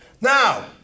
Now